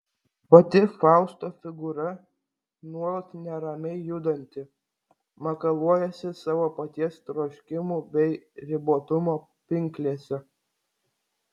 pati fausto figūra nuolat neramiai judanti makaluojasi savo paties troškimų bei ribotumo pinklėse